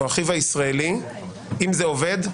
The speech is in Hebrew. או אחיו הישראלי: אם זה עובד,